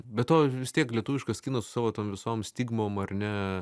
be to vis tiek lietuviškas kinas su savo tom visom stigmom ar ne